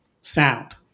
sound